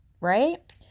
Right